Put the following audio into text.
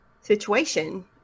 situation